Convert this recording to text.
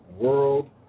world